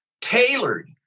tailored